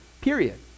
period